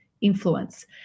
influence